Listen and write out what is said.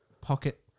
pocket